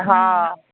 हा